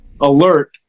alert